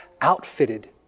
outfitted